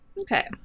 Okay